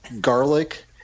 garlic